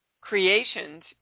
creations